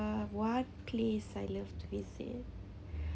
uh what place I love to visit